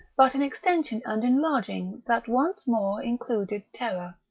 but an extension and enlarging that once more included terror.